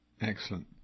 Excellent